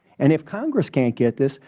and if congress can't get this,